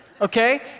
okay